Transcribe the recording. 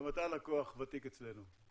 גם אתה לקוח ותיק אצלנו.